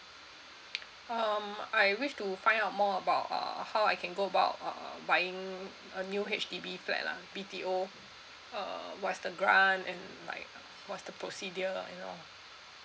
um I wish to find out more about uh how I can go about uh buying a new H_D_B flat lah B_T_O uh what's the grant and like what's the procedures you know